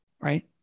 Right